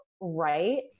right